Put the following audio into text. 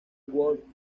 world